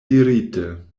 dirite